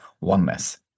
oneness